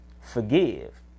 forgive